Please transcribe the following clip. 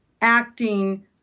acting